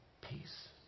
peace